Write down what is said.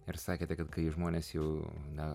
ir sakėte kad kai žmonės jau na